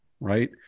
right